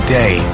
day